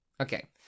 Okay